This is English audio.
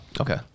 Okay